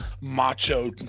macho